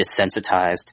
desensitized